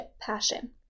passion